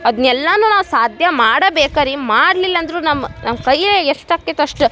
ಅದ್ನ ಎಲ್ಲನೂ ನಾವು ಸಾಧ್ಯ ಮಾಡಬೇಕು ರೀ ಮಾಡಲಿಲ್ಲ ಅಂದ್ರೂ ನಮ್ಮ ನಮ್ಮ ಕೈಯಲ್ಲಿ ಎಷ್ಟು ಆಕ್ತೈತೋ ಅಷ್ಟು